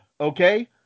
okay